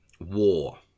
war